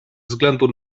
względu